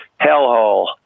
hellhole